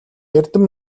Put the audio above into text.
эрдэм